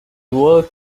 worked